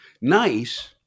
nice